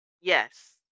Yes